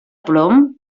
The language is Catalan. plom